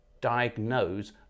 diagnose